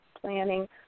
planning